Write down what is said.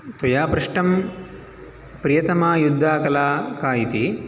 त्वया पृष्टं प्रियतमा युद्धाकला का इति